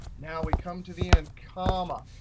now we come to the end, comma,